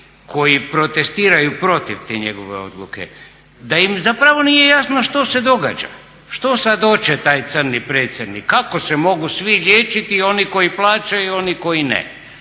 koji protestiraju protiv te njegove odluke da im zapravo nije jasno što se događa, što sad oće taj crni predsjednik, kako se mogu svi liječiti oni koji plaćaju i oni koji ne.